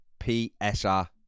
PSR